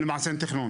למעשה אין תכנון.